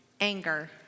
anger